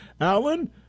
Alan